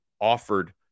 offered